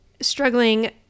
struggling